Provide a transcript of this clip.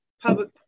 public